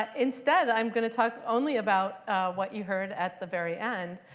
ah instead i'm going to talk only about what you heard at the very end,